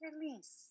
release